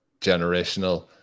generational